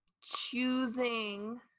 choosing